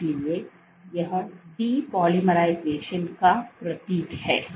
इसलिए यह डीपॉलीमराइजेशन का प्रतीक है